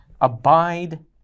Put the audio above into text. abide